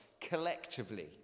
collectively